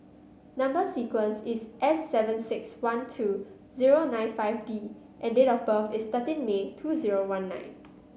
number sequence is S seven six one two zero nine five D and date of birth is thirteen May two zero one nine